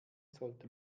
sollte